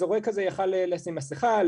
הוא יכול היה לשים מסכה,